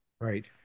right